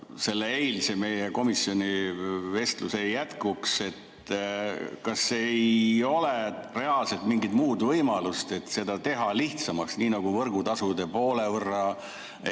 meie eilse komisjoni vestluse jätkuks: kas ei ole reaalselt mingit muud võimalust seda teha lihtsamaks, nii nagu võrgutasude poole võrra